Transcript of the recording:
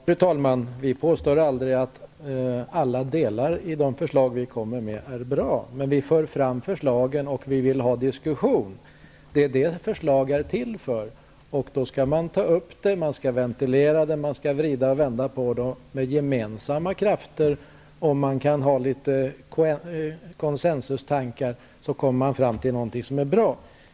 Fru talman! Vi påstår aldrig att alla delar i de förslag vi kommer med är bra. Men vi för fram förslagen, och vi vill ha diskussion. Det är det förslag är till för. Man skall ta upp dem till debatt. Man skall ventilera dem, vrida och vända på dem, och med gemensamma krafter och tankar om konsensus kommer man fram till någonting som är bra.